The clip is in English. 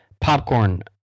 popcorn